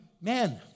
man